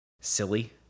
silly